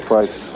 price